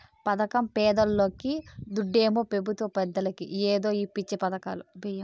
పదకం పేదోల్లకి, దుడ్డేమో పెబుత్వ పెద్దలకి ఏందో ఈ పిచ్చి పదకాలు